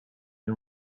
and